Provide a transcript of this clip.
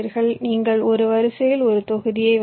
நீங்கள் ஒரு வரிசையில் ஒரு தொகுதியை வைக்கலாம்